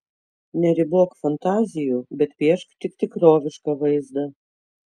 neribok fantazijų bet piešk tik tikrovišką vaizdą